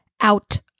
out